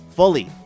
Fully